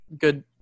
good